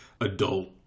adult